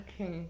Okay